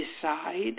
decide